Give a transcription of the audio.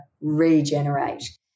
regenerate